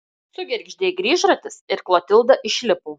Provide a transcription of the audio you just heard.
sugergždė grįžratis ir klotilda išlipo